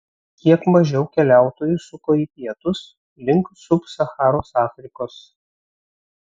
kiek mažiau keliautojų suko į pietus link sub sacharos afrikos